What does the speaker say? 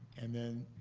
and then